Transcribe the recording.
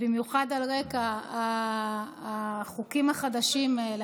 במיוחד על רקע החוקים החדשים האלה,